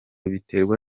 biterwa